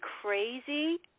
crazy